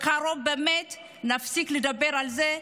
שבאמת בקרוב נפסיק לדבר על זה.